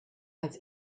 als